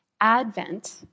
Advent